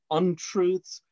untruths